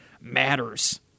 matters